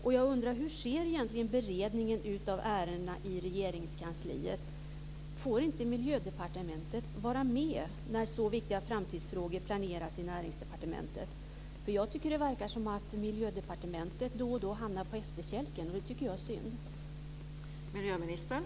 Och jag undrar: Hur ser egentligen beredningen av ärendena i Regeringskansliet ut? Får inte Miljödepartementet vara med när så viktiga framtidsfrågor planeras i Näringsdepartementet? Jag tycker nämligen att det verkar som att Miljödepartementet då och då hamnar på efterkälken, vilket jag tycker är synd.